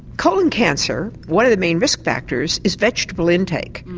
colon cancer, one of the main risk factors is vegetable intake.